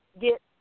get